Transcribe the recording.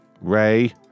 Ray